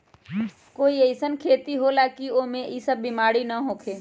कोई अईसन खेती होला की वो में ई सब बीमारी न होखे?